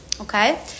okay